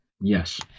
Yes